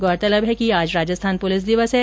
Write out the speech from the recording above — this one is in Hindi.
गौरतलब है कि आज राजस्थान पुलिस दिवस है